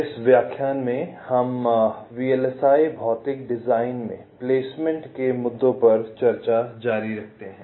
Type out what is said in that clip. इस व्याख्यान में हम वीएलएसआई भौतिक डिजाइन में प्लेसमेंट के मुद्दों पर चर्चा जारी रखते हैं